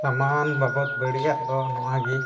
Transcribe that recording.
ᱥᱟᱢᱟᱱ ᱵᱟᱵᱚᱫ ᱵᱟᱹᱲᱤᱭᱟᱜ ᱫᱚ ᱱᱚᱣᱟ ᱜᱮ